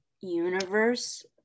universe